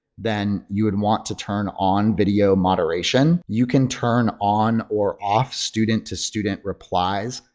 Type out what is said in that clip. then you would want to turn on video moderation. you can turn on or off student to student replies.